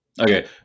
Okay